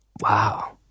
Wow